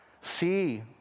see